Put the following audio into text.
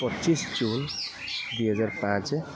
ପଚିଶି ଜୁନ ଦୁଇହଜାର ପାଞ୍ଚେ